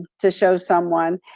to show someone.